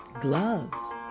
gloves